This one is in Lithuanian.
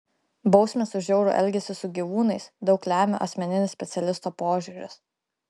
bausmės už žiaurų elgesį su gyvūnais daug lemia asmeninis specialisto požiūris